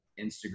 Instagram